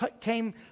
came